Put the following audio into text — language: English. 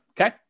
okay